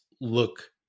look